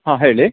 ಹಾಂ ಹೇಳಿ